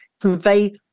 convey